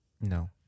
No